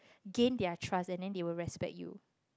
gain their trust and then they will respect you